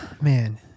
man